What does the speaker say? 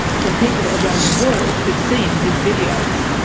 from people around the world who have seen his videos.